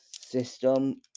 system